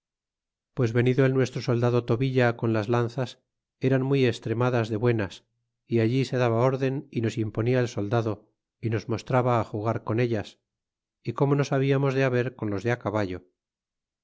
pues venido el nuestro soldado tovilla con las lanzas eran muy extremadas de buenas y allí se daba rden y nos imponia el soldado é nos mostraba á jugar con ellas y cómo nos habiamos de haber con los de caballo